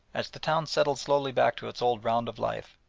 as the town settled slowly back to its old round of life,